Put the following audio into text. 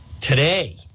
today